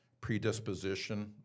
predisposition